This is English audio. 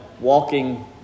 walking